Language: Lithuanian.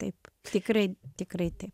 taip tikrai tikrai taip